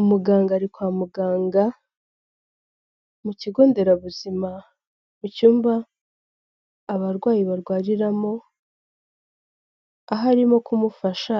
Umuganga ari kwa muganga, mu kigo nderabuzima, mu cyumba abarwayi barwariramo, aho arimo kumufasha,